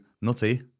Nutty